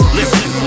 listen